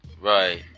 Right